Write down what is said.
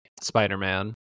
spider-man